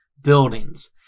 buildings